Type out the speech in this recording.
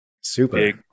super